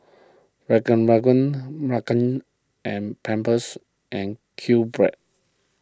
Kanken and Pampers and Qbread